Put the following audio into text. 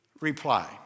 reply